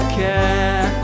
care